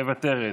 מוותרת,